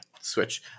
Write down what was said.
Switch